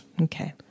Okay